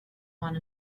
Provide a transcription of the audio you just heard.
one